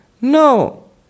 No